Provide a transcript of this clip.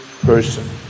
person